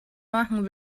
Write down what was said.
machen